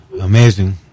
Amazing